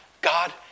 God